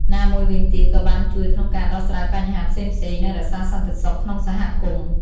ណាមួយវិញទៀតក៏បានជួយក្នុងការដោះស្រាយបញ្ហាផ្សេងៗ និងរក្សាសន្តិសុខក្នុងសហគមន៍។